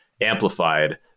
amplified